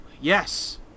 yes